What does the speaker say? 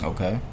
Okay